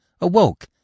awoke